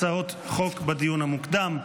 הצעות חוק בדיון המוקדם.